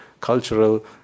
cultural